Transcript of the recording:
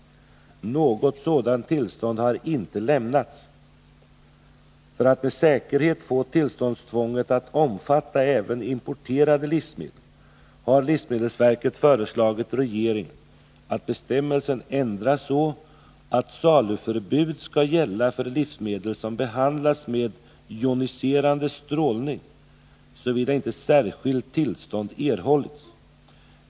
Något sådant tillstånd har inte lämnats. För att med säkerhet få tillståndstvånget att omfatta även importerade livsmedel har livsmedelsverket föreslagit regeringen att bestämmelsen ändras så att saluförbud skall gälla för livsmedel som behandlats med joniserande strålning såvida inte särskilt tillstånd erhållits.